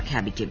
പ്രഖ്യാപിക്കും